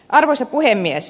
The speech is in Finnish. arvoisa puhemies